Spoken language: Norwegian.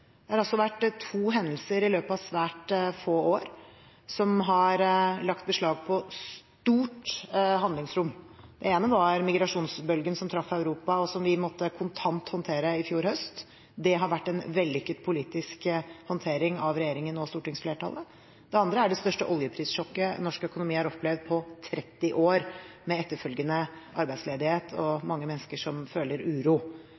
to hendelser i løpet av svært få år som har lagt beslag på stort handlingsrom. Det ene var migrasjonsbølgen som traff Europa, og som vi kontant måtte håndtere i fjor høst. Det har vært en vellykket politisk håndtering av regjeringen og stortingsflertallet. Det andre er det største oljeprissjokket norsk økonomi har opplevd på 30 år, med etterfølgende arbeidsledighet og mange mennesker som føler uro.